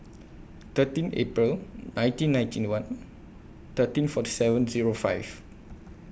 thirteen April nineteen ninety one thirteen forty seven Zero five